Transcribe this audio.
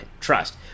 trust